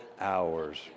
hours